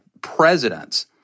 presidents